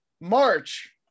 March